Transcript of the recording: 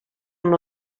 amb